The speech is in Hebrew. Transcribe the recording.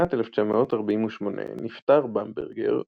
בשנת 1948 נפטר במברגר,